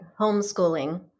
homeschooling